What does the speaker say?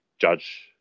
judge